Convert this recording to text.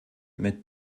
mit